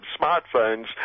smartphones